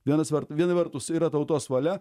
vienas vert viena vertus yra tautos valia